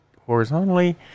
horizontally